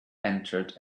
entered